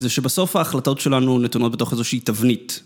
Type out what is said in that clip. זה שבסוף ההחלטות שלנו נתונות בתוך איזושהי תבנית.